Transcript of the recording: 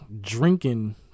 drinking